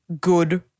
good